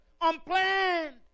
unplanned